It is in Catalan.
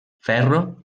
ferro